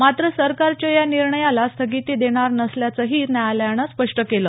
मात्र सरकारच्या या निर्णयाला स्थगिती देणार नसल्याचंही न्यायालयानं स्पष्ट केलं